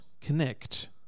connect